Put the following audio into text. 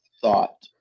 thought